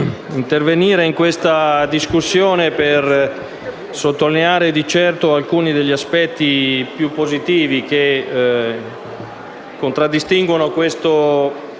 intervenire in questa discussione per sottolineare di certo alcuni degli aspetti più positivi che contraddistinguono i